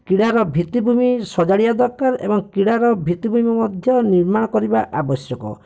କ୍ରୀଡ଼ାର ଭିତ୍ତିଭୂମି ସଜାଡ଼ିବା ଦରକାର ଏବଂ କ୍ରୀଡ଼ାର ଭିତ୍ତିଭୂମି ମଧ୍ୟ ନିର୍ମାଣ କରିବା ଆବଶ୍ୟକ